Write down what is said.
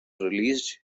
released